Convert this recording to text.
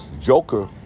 Joker